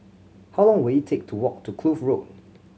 how long will it take to walk to Kloof Road